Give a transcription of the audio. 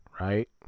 right